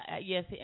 yes